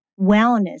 wellness